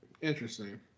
Interesting